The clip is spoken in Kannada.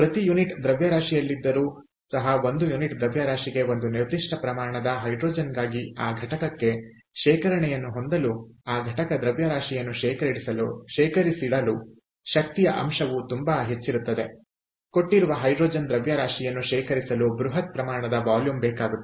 ಪ್ರತಿ ಯುನಿಟ್ ದ್ರವ್ಯರಾಶಿಯಲ್ಲಿದ್ದರೂ ಸಹ ಒಂದು ಯುನಿಟ್ ದ್ರವ್ಯರಾಶಿಗೆ ಒಂದು ನಿರ್ದಿಷ್ಟ ಪ್ರಮಾಣದ ಹೈಡ್ರೋಜನ್ಗಾಗಿ ಆ ಘಟಕಕ್ಕೆ ಶೇಖರಣೆಯನ್ನು ಹೊಂದಲು ಆ ಘಟಕ ದ್ರವ್ಯರಾಶಿಯನ್ನು ಶೇಖರಿಸಿಡಲು ಶಕ್ತಿಯ ಅಂಶವು ತುಂಬಾ ಹೆಚ್ಚಿರುತ್ತದೆ ಕೊಟ್ಟಿರುವ ಹೈಡ್ರೋಜನ್ ದ್ರವ್ಯರಾಶಿಯನ್ನು ಶೇಖರಿಸಲು ಬೃಹತ್ ಪ್ರಮಾಣದ ವಾಲ್ಯೂಮ್ ಬೇಕಾಗುತ್ತದೆ